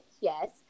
yes